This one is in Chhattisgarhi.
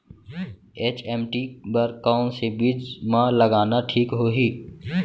एच.एम.टी बर कौन से बीज मा लगाना ठीक होही?